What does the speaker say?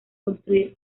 construir